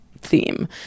theme